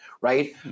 right